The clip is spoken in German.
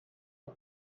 das